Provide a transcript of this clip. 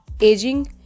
aging